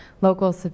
local